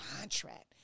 contract